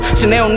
Chanel